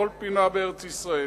בכל פינה בארץ-ישראל.